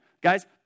Guys